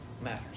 matters